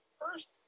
first